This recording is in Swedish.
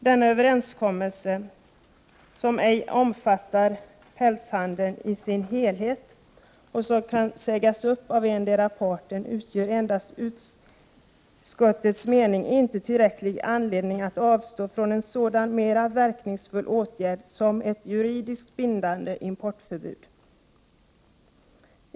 Denna överenskommelse, som ej omfattar pälshandeln i sin helhet och som kan sägas upp av endera parten utgör enligt utskottets mening inte tillräcklig anledning att avstå från en sådan mera verkningsfull åtgärd som ett juridiskt bindande importförbud.